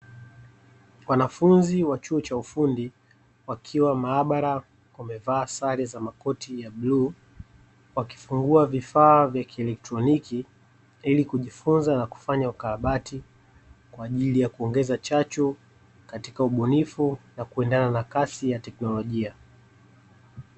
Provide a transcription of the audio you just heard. Wanafunzi wa chuo cha ufundi wakiwa maabara, wamevaa sare za makoti ya buluu, wakifungua vifaa vya kielektroniki ili kujifunza na kufanya ukarabati, kwa ajili ya kuongeza chachu katika ubunifu na kulingana na kasi ya teknolojia.